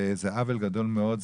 זה עוול גדול מאוד.